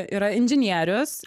yra inžinierius